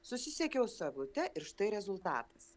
susisiekiau su eglute ir štai rezultatas